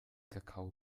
kakao